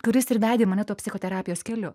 kuris ir vedė mane tuo psichoterapijos keliu